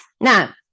now